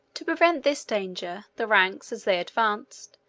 to prevent this danger, the ranks, as they advanced,